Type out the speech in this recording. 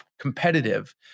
competitive